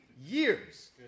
years